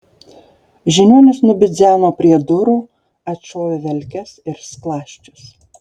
žiniuonis nubidzeno prie durų atšovė velkes ir skląsčius